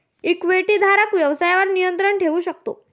इक्विटीधारक व्यवसायावर नियंत्रण ठेवू शकतो